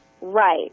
Right